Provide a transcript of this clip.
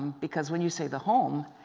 because when you say the home,